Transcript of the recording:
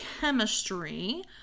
Chemistry